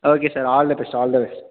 okay sir all the best all the best